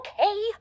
okay